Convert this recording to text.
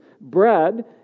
bread